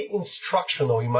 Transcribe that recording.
instructional